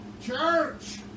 Church